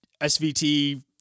SVT